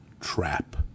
trap